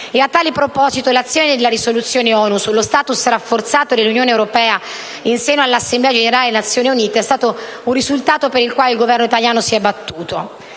A tale proposito, la risoluzione ONU sullo *status* rafforzato dell'Unione europea in senso all'Assemblea generale delle Nazioni Unite è stato un risultato per il quale il Governo italiano si è battuto.